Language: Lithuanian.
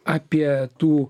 apie tų